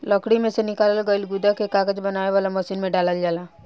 लकड़ी में से निकालल गईल गुदा के कागज बनावे वाला मशीन में डालल जाला